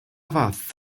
fath